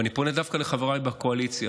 ואני פונה דווקא לחבריי בקואליציה,